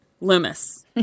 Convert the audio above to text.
Loomis